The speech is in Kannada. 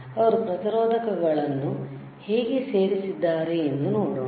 ಅವರು ಪ್ರತಿರೋಧಕಗಳನ್ನು ಹೇಗೆ ಸೇರಿಸಿದ್ದಾರೆ ಎಂದು ನೋಡೋಣ